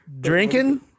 Drinking